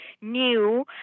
new